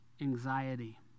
anxiety